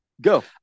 go